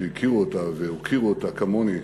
שהכירו אותה והוקירו אותה כמוני,